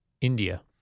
India